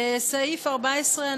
סעיף 14,